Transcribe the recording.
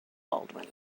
baldwin